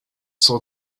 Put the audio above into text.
saw